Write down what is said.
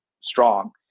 strong